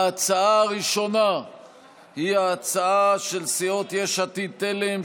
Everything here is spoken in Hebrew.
ההצעה הראשונה היא ההצעה של סיעות יש עתיד-תל"ם,